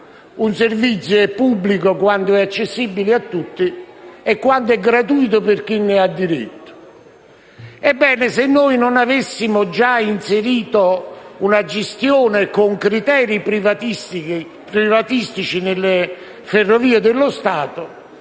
Un servizio è pubblico quando è accessibile a tutti e quando è gratuito per quanti ne hanno diritto. Ebbene, se noi non avessimo già inserito una gestione con criteri privatistici nelle Ferrovie dello Stato,